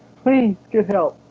please get help